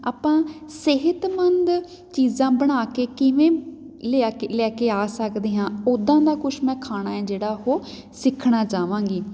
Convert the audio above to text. ਆਪਾਂ ਸਿਹਤਮੰਦ ਚੀਜ਼ਾਂ ਬਣਾ ਕੇ ਕਿਵੇਂ ਲਿਆ ਕੇ ਲੈ ਕੇ ਆ ਸਕਦੇ ਹਾਂ ਉੱਦਾਂ ਦਾ ਕੁਛ ਮੈਂ ਖਾਣਾ ਹੈ ਜਿਹੜਾ ਉਹ ਸਿੱਖਣਾ ਚਾਵਾਂਗੀ